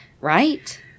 Right